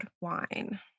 wine